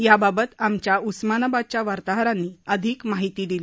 याबाबत आमच्या उस्मानाबादच्या वार्ताहरांनी अधिक माहिती दिली